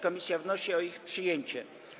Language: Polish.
Komisja wnosi o ich przyjęcie.